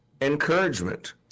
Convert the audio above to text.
encouragement